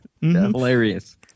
hilarious